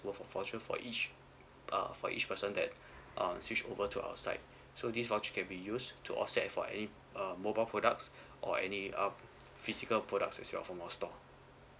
worth of vouchers for each uh for each person that um switch over to our side so this voucher can be used to offset for any uh mobile products or any uh physical products as well from our store